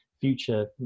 future